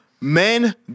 men